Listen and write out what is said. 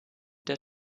der